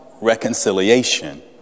reconciliation